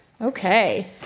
Okay